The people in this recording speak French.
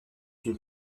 une